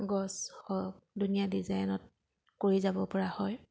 গছ হওক ধুনীয়া ডিজাইনত কৰি যাব পৰা হয়